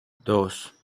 dos